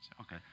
okay